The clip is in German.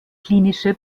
klinische